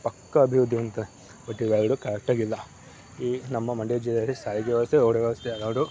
ಪಕ್ಕ ಅಭಿವೃದ್ಧಿ ಹೊಂದುತ್ತದೆ ಬಟ್ ಇವೆರಡು ಕರೆಕ್ಟಾಗಿಲ್ಲ ಈ ನಮ್ಮ ಮಂಡ್ಯ ಜಿಲ್ಲೆಯಲ್ಲಿ ಸಾರಿಗೆ ವ್ಯವಸ್ಥೆ ರೋಡ್ ವ್ಯವಸ್ಥೆ ಎರಡೂ